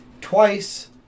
twice